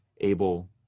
able